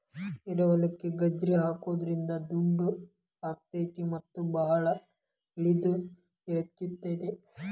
ಏರಿಹೊಲಕ್ಕ ಗಜ್ರಿ ಹಾಕುದ್ರಿಂದ ದುಂಡು ಅಕೈತಿ ಮತ್ತ ಬಾಳ ಇಳದು ಇಳಿತೈತಿ